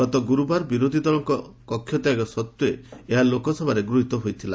ଗତ ଗୁରୁବାର ବିରୋଧୀଙ୍କ କକ୍ଷତ୍ୟାଗ ସତ୍ତ୍ୱେ ଏହା ଲୋକସଭାରେ ଗୃହିତ ହୋଇଥିଲା